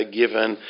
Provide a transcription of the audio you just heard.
given